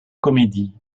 comédies